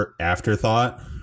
afterthought